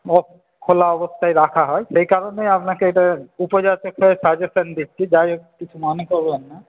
বা খোলা অবস্থায় রাখা হয় সেই কারণেই আপনাকে এটা উপযাচক হয়ে সাজেশন দিচ্ছি যাইহোক কিছু মনে করবেন না